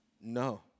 No